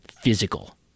physical